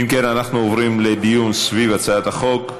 אם כן, אנחנו עוברים לדיון בהצעת החוק.